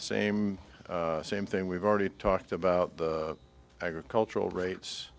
same same thing we've already talked about the agricultural rates